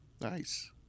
Nice